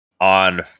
on